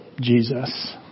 Jesus